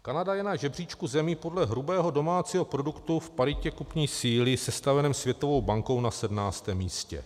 Kanada je na žebříčku zemí podle hrubého domácího produktu v paritě kupní síly sestaveném Světovou bankou na 17. místě.